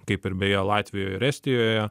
kaip ir beje latvijoj ir estijoje